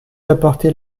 apportez